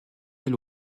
elle